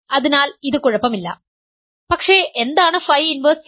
അതിനാൽ ഇത് കുഴപ്പമില്ല പക്ഷേ എന്താണ് ഫൈ ഇൻവെർസ് 0